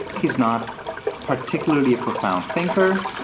he's not particularly a profound thinker.